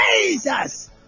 Jesus